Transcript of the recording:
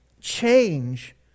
change